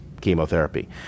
chemotherapy